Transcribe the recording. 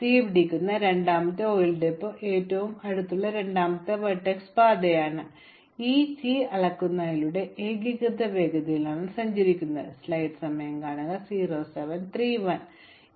തുടർന്ന് തീ പിടിക്കുന്ന രണ്ടാമത്തെ ഓയിൽ ഡിപ്പോ ഏറ്റവും അടുത്തുള്ള രണ്ടാമത്തെ വെർട്ടെക്സ് പാതയാണ് ഈ തീ അളക്കുന്നതിലൂടെ ഏകീകൃത വേഗതയിലാണ് സഞ്ചരിക്കുന്നതെന്ന് കരുതുക ഓരോ ശീർഷകത്തിലും തീ എത്തുന്ന വേഗത ഏറ്റവും ചെറിയ പാത ശാന്തമാക്കുന്നതിലൂടെ ഞങ്ങൾ അവസാനിക്കും